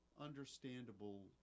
understandable